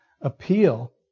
appeal